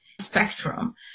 spectrum